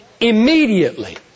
immediately